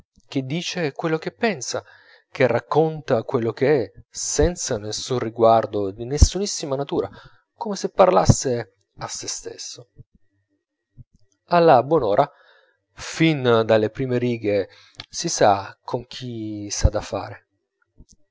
che dice quello che pensa che racconta quello che è senza nessun riguardo di nessunissima natura come se parlasse a sè stesso alla buon'ora fin dalle prime righe si sa con chi s'ha da fare